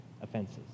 offenses